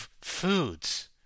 foods